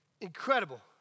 incredible